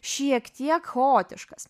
šiek tiek chaotiškas